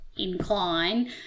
incline